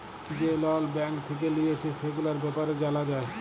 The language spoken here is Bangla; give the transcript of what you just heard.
যে লল ব্যাঙ্ক থেক্যে লিয়েছে, সেগুলার ব্যাপারে জালা যায়